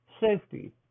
safety